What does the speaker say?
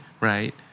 Right